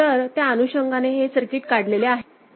तर त्या अनुषंगाने सर्किट काढलेले आहे